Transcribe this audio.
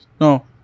No